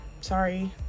sorry